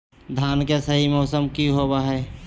धान के सही मौसम की होवय हैय?